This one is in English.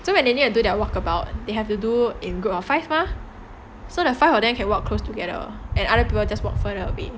so when they need to do their walkabout they have to do in group of five mah so the five of them can walk close together and other people just walk further a bit